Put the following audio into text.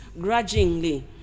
grudgingly